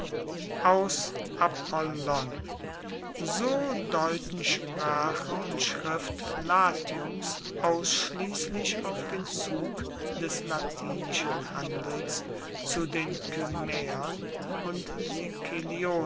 apollon so deuten sprache und schrift latiums ausschliesslich auf den zug des latinischen handels zu den kymaeern und